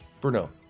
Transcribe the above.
Bruno